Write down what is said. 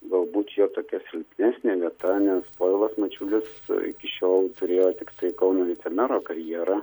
galbūt jo tokia silpnesnė vieta nes povilas mačiulis iki šiol turėjo tiktai kauno vicemero karjerą